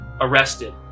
arrested